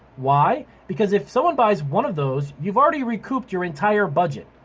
why? because if someone buys one of those you've already recouped your entire budget.